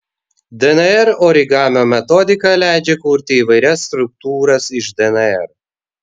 dnr origamio metodika leidžia kurti įvairias struktūras iš dnr